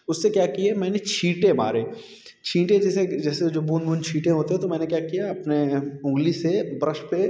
उससे क्या किये मैंने छींटे मारे छींटे जिसे जैसे जो बूँद बूँद छींटे होते हैं तो मैंने क्या किया अपने उंगली से ब्रश पे